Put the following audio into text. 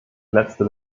letzte